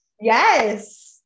Yes